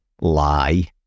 lie